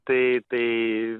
tai tai